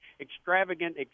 extravagant